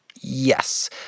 Yes